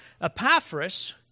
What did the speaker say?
Epaphras